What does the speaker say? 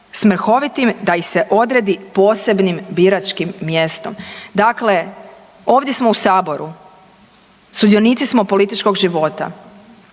smehovitim da ih se odredi posebnim biračkim mjestom. Dakle, ovdje smo u saboru, sudionici smo političkog života